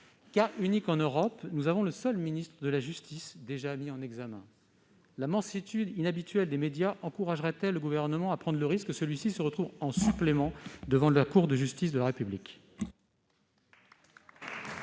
Cas unique en Europe, nous avons un ministre de la justice mis en examen. La mansuétude inhabituelle des médias encouragerait-elle le Gouvernement à prendre le risque que celui-ci se retrouve également devant la Cour de justice de la République ?